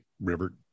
river